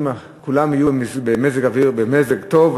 אם כולם יהיו במזג טוב,